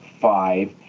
five